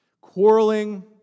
quarreling